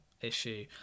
issue